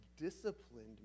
disciplined